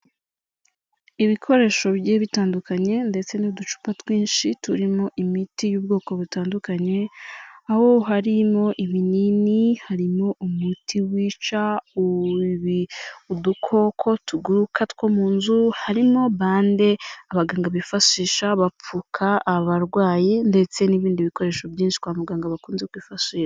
Ibikoresho bigiye bitandukanye ndetse n'uducupa twinshi turimo imiti y'ubwoko butandukanye. Aho harimo ibinini, harimo umuti wica udukoko tuguruka two mu nzu, harimo bande abaganga bifashisha bapfuka abarwayi ndetse n'ibindi bikoresho byinshi kwa muganga bakunze kwifashisha.